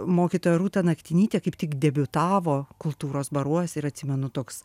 mokytoja rūta naktinytė kaip tik debiutavo kultūros baruose ir atsimenu toks